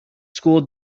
school